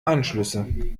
anschlüsse